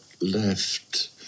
left